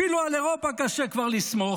אפילו על אירופה כבר קשה לסמוך,